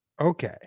Okay